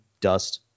Dust